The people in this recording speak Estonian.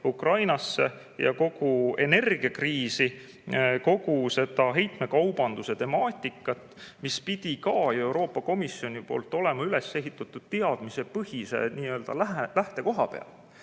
Ukrainas ja kogu energiakriisi, kogu seda heitmekaubanduse temaatikat, mis pidi ka Euroopa Komisjoni poolt olema üles ehitatud teadmistepõhiselt lähtekohalt.